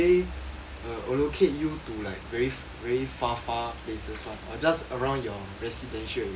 err allocate you to like very very far far places [one] or just around your residential area